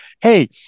hey